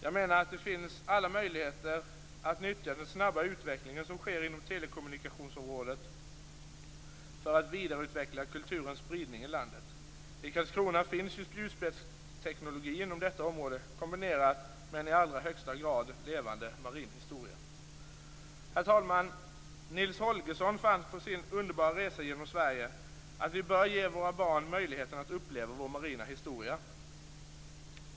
Jag menar att det finns alla möjligheter att nyttja den snabba utvecklingen som sker inom telekommunikationsområdet för att vidareutveckla kulturens spridning i landet. I Karlskrona finns ju spjutspetsteknologi inom detta område kombinerat med en i allra högsta grad levande marin historia. Herr talman! Nils Holgersson fann på sin underbara resa genom Sverige att vi bör ge våra barn möjligheten att uppleva vår marina historia.